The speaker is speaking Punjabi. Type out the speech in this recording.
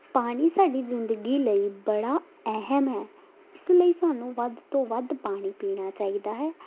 ਪਾਣੀ ਸਾਡੀ ਜ਼ਿੰਦਗੀ ਲਈ ਬੜਾ ਅਹਿਮ ਹੈ ਇਸ ਲਈ ਸਾਨੂੰ ਵੱਧ ਤੋਂ ਵੱਧ ਪਾਣੀ ਪੀਣਾ ਚਾਹੀਦਾ ਹੈ